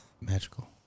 magical